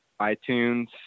iTunes